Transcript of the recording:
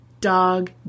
dog